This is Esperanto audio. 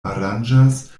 aranĝas